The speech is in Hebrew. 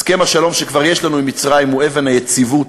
הסכם השלום שכבר יש לנו עם מצרים הוא אבן היציבות